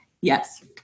yes